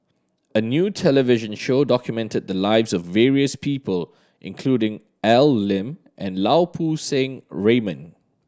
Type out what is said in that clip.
a new television show documented the lives of various people including Al Lim and Lau Poo Seng Raymond